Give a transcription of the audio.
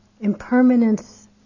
impermanence